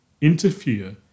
interfere